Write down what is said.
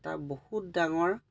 এটা বহুত ডাঙৰ